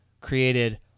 created